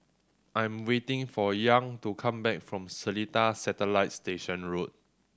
I am waiting for Young to come back from Seletar Satellite Station Road